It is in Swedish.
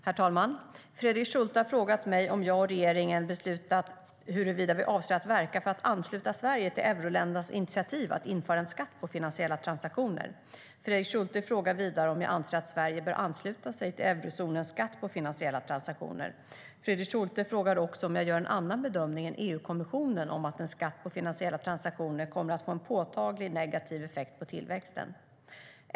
Herr talman! Fredrik Schulte har frågat mig om jag och regeringen beslutat huruvida vi avser att verka för att ansluta Sverige till euroländernas initiativ att införa en skatt på finansiella transaktioner. Fredrik Schulte frågar vidare om jag anser att Sverige bör ansluta sig till eurozonens skatt på finansiella transaktioner. Fredrik Schulte frågar också om jag gör en annan bedömning än EU-kommissionen om att en skatt på finansiella transaktioner kommer att få en påtaglig negativ effekt på tillväxten.